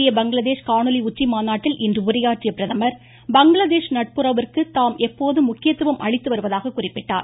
இந்திய பங்களாதேஷ் காணொலி உச்சிமாநாட்டில் இன்று உரையாற்றிய பிரதமர் பங்களாதேஷ் நட்பறவுக்கு தாம் எப்போதும் முக்கியத்துவம் அளித்துவருவதாக குறிப்பிட்டார்